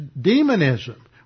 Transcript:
demonism